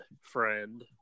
friend